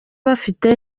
bafite